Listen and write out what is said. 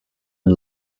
and